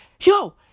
Yo